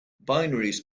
binaries